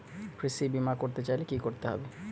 কৃষি বিমা করতে চাইলে কি করতে হবে?